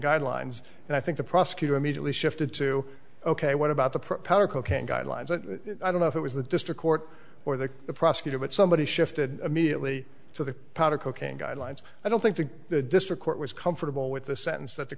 guidelines and i think the prosecutor immediately shifted to ok what about the propellor cocaine guidelines and i don't know if it was the district court or the prosecutor but somebody shifted immediately to the powder cocaine guidelines i don't think that the district court was comfortable with the sentence that the